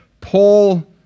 Paul